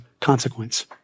consequence